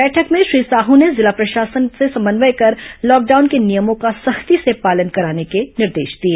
बैठक में श्री साह ने जिला प्रशासन से समन्वय कर लॉकडाउन के नियमों का सख्ती से पालन कराने के निर्देश दिए